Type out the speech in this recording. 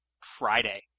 Friday